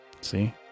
See